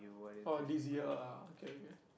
or this year ah okay okay